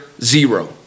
zero